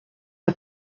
pas